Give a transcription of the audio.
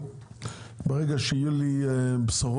אבל ברגע שיהיו לי בשורות